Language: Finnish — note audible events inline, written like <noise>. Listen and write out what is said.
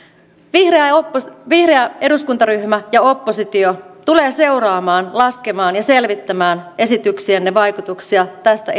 vihreä eduskuntaryhmä ja oppositio tulevat seuraamaan laskemaan ja selvittämään esityksienne vaikutuksia tästä <unintelligible>